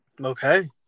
Okay